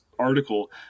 article